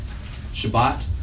Shabbat